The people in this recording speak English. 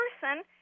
person